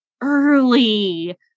early